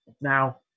Now